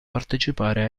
partecipare